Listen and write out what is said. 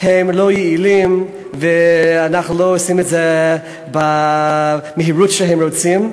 הן לא יעילות ואנחנו לא עושים את זה במהירות שהם רוצים.